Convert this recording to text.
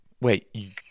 Wait